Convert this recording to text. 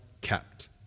Kept